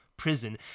prison